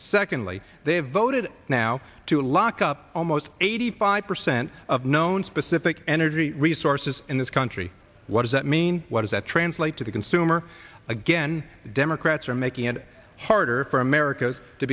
secondly they voted now to lock up almost eighty five percent of known specific energy resources in this country what does that mean what does that translate to the consumer again democrats are making it harder for america to